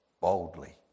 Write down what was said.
boldly